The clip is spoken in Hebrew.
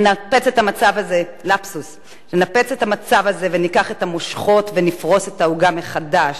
ננפץ את המצב הזה וניקח את המושכות ונפרוס את העוגה מחדש,